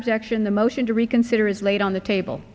objection the motion to reconsider is laid on the table